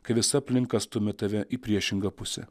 kai visa aplinka stumia tave į priešingą pusę